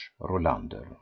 Rolander